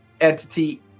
entity